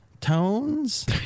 tones